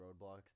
roadblocks